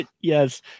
yes